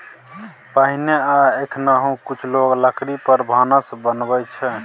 पहिने आ एखनहुँ कुछ लोक लकड़ी पर भानस बनबै छै